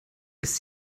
ist